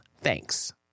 Thanks